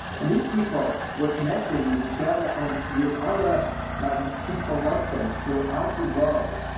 and these people were connecting with each other and with other um people like them throughout the world,